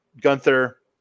Gunther